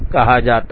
कहा जाता है